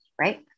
right